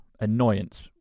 annoyance